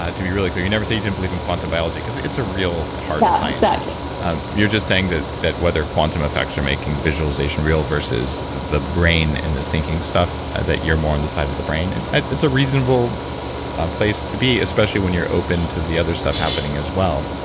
ah to be really clear, you never said you didn't believe in quantum biology because it's a real hard science um exactly um you're just saying that that whether quantum effects are making visualization real versus the brain and the thinking stuff. that you're more on the side of the brain. and it's it's a reasonable ah place to be, especially when you're open to the other stuff happening as well.